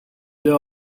there